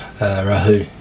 rahu